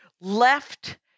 left